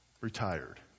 retired